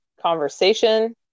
conversation